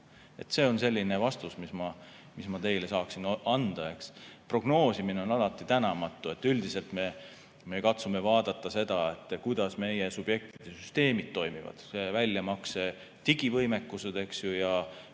See on selline vastus, mis ma teile saaksin anda, eks. Prognoosimine on alati tänamatu. Üldiselt me katsume vaadata seda, kuidas meie subjektide süsteemid toimivad – väljamaksmise digivõimekused ja